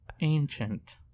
ancient